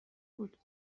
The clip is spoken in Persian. بود